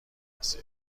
مقصر